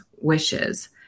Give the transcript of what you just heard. wishes